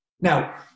Now